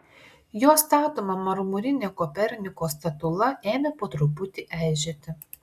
jo statoma marmurinė koperniko statula ėmė po truputį eižėti